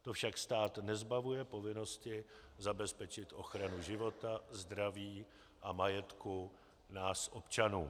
To však stát nezbavuje povinnosti zabezpečit ochranu života, zdraví a majetku nás občanů.